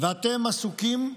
ואתם עסוקים,